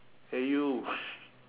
!hey! you